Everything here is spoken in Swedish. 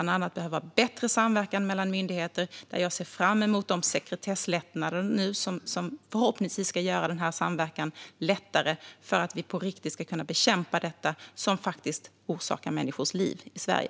Det behövs bättre samverkan mellan myndigheter, och jag ser fram emot de sekretesslättnader som förhoppningsvis ska göra samverkan lättare, så att vi på riktigt kan bekämpa sådant som inverkar på människors liv i Sverige.